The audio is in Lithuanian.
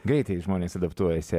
greitai žmonės adaptuojasi